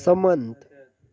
સંમત